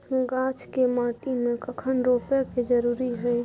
गाछ के माटी में कखन रोपय के जरुरी हय?